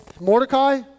Mordecai